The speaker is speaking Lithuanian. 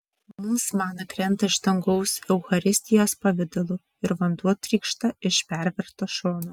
mums mana krenta iš dangaus eucharistijos pavidalu ir vanduo trykšta iš perverto šono